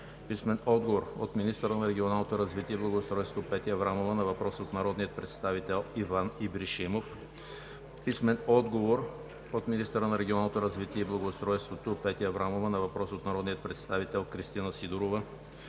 Антонов; - министъра на регионалното развитие и благоустройството – Петя Аврамова, на въпрос от народния представител Иван Ибришимов; - министъра на регионалното развитие и благоустройството – Петя Аврамова, на въпрос от народния представител Кристина Сидорова;